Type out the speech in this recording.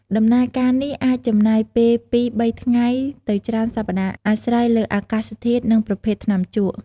ដំណើរការនេះអាចចំណាយពេលពីរបីថ្ងៃទៅច្រើនសប្តាហ៍ អាស្រ័យលើអាកាសធាតុ និងប្រភេទថ្នាំជក់។